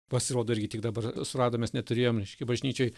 pasirodo irgi tik dabar surado mes neturėjom reiškia bažnyčioj